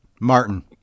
Martin